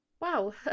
Wow